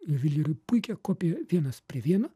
juvelyrui puikią kopiją vienas prie vieno